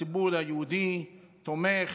הציבור היהודי תומך.